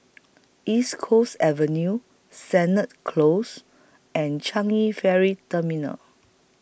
East Coast Avenue Sennett Close and Changi Ferry Terminal